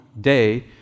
day